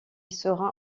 sera